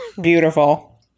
Beautiful